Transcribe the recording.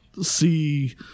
see